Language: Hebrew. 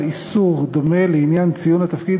בקיצור